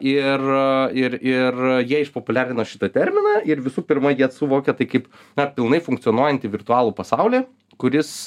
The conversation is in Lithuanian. ir ir ir jie išpopuliarino šitą terminą ir visų pirma jie suvokia tai kaip na pilnai funkcionuojantį virtualų pasaulį kuris